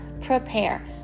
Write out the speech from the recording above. prepare